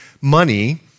money